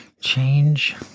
Change